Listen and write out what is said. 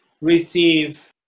receive